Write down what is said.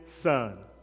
son